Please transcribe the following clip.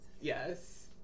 Yes